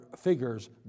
figures